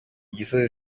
gisozi